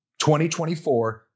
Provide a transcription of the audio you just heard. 2024